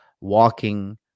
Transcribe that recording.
walking